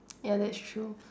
ya that's true